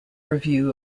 review